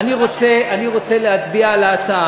אני לא,